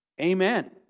Amen